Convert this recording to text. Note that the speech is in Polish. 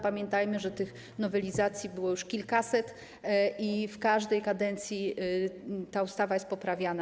Pamiętajmy, że tych nowelizacji było już kilkaset i w każdej kadencji ta ustawa jest poprawiana.